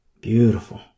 Beautiful